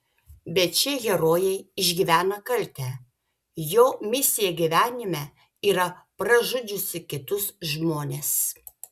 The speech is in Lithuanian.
bet šie herojai išgyvena kaltę jo misija gyvenime yra pražudžiusi kitus žmones